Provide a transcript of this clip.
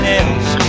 else